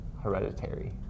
Hereditary